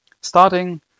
Starting